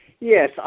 yes